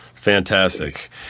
Fantastic